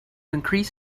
increase